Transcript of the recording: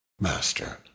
Master